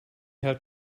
have